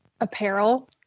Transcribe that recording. apparel